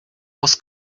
was